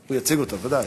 הוא יציג אותה, בוודאי.